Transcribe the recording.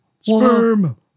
Sperm